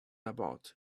about